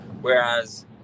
Whereas